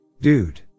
Dude